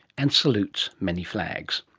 and salutes many flags.